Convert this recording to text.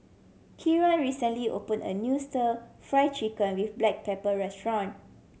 Kieran recently opened a new Stir Fry Chicken with black pepper restaurant